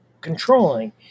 controlling